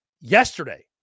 yesterday